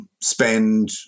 spend